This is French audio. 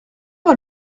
moi